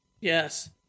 Yes